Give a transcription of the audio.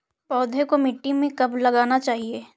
पौधें को मिट्टी में कब लगाना चाहिए?